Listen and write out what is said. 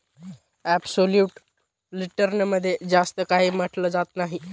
absolute return मध्ये जास्त काही म्हटलं जात नाही